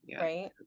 right